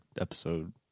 episode